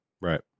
Right